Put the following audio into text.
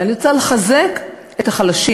אבל אני רוצה לחזק את החלשים.